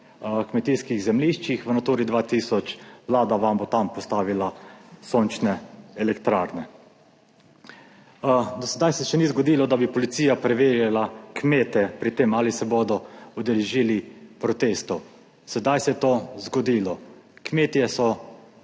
kmetijskih zemljiščih v Naturi 2000, Vlada vam bo tam postavila sončne elektrarne. Do sedaj se še ni zgodilo, da bi policija preverjala kmete pri tem ali se bodo udeležili protestov. Sedaj se je to zgodilo. Kmetje so